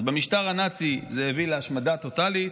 אז במשטר הנאצי זה הביא להשמדה טוטלית,